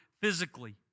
physically